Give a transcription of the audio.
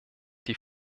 die